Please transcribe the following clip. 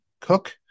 Cook